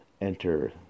enter